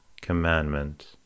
commandment